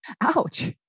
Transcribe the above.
Ouch